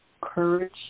courage